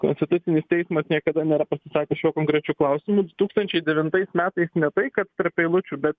konstitucinis teismas niekada nėra pasisakęs šiuo konkrečiu klausimu du tūkstančiai devintais metais ne tai kad tarp eilučių bet